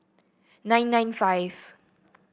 nine nine five